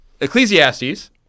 ecclesiastes